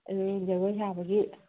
ꯑꯗꯨ ꯖꯒꯣꯏ ꯁꯥꯕꯒꯤ